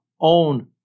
own